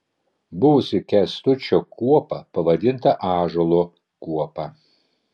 buvusi kęstučio kuopa pavadinta ąžuolo kuopa